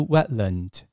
Wetland